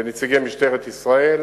ונציגי משטרת ישראל,